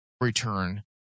Return